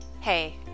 Hey